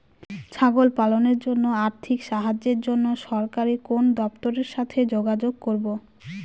ছাগল পালনের জন্য আর্থিক সাহায্যের জন্য সরকারি কোন দপ্তরের সাথে যোগাযোগ করব?